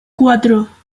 cuatro